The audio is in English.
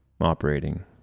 operating